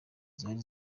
zari